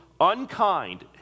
unkind